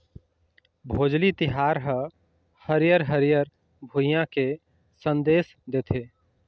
भोजली तिहार ह हरियर हरियर भुइंया के संदेस देथे